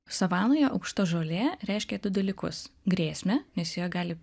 savanoje aukšta žolė reiškė du dalykus grėsmę nes joje gali